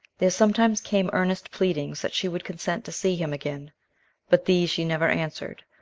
there sometimes came earnest pleadings that she would consent to see him again but these she never answered,